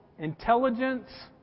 Intelligence